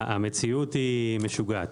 המציאות היא משוגעת.